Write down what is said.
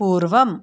पूर्वम्